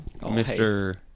Mr